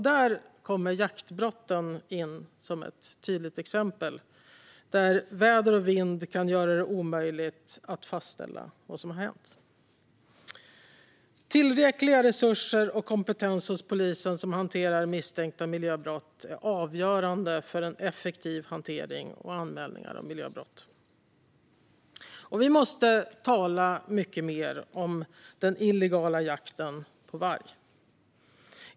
Där kommer jaktbrotten in som ett tydligt exempel, där väder och vind kan göra det omöjligt att fastställa vad som har hänt. Tillräckliga resurser och kompetens hos polisen som hanterar misstänkta miljöbrott är avgörande för en effektiv hantering av anmälningar om miljöbrott. Vi måste tala mycket mer om den illegala jakten på varg.